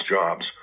jobs